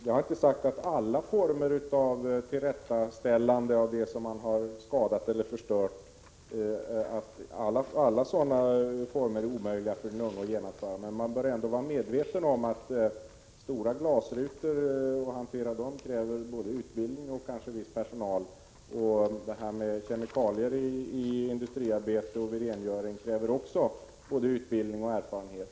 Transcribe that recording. Jag har inte sagt att alla former av tillrättaläggande av det som ungdomar har skadat eller förstört är omöjliga att genomföra. Men man bör ändå vara medveten om att det krävs både utbildning och viss personal för att klara stora glasrutor. Kemikalier i industriarbete och vid rengöring kräver också både utbildning och erfarenhet.